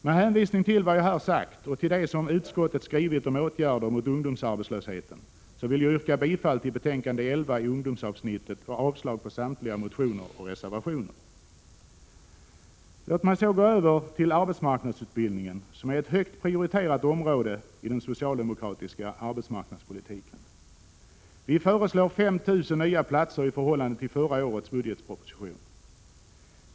Med hänvisning till vad jag här sagt och till vad utskottet skrivit om åtgärder mot ungdomsarbetslösheten vill jag yrka bifall till utskottets hemställan i betänkande 11 i ungdomsavsnittet och avslag på samtliga motioner och reservationer. Låt mig så gå över till arbetsmarknadsutbildningen, som är ett högt prioriterat område i den socialdemokratiska arbetsmarknadspolitiken. Vi föreslår 5 000 nya platser i förhållande till förra årets budgetproposition.